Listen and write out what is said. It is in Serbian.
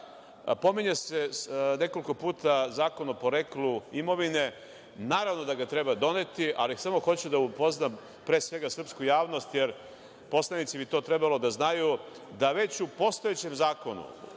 pominje se nekoliko puta zakon o poreklu imovine. Naravno da ga treba doneti, ali samo hoću da upoznam, pre svega, srpsku javnost, jer poslanici bi to trebalo da znaju da već u postojećem Zakonu